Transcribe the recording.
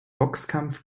boxkampf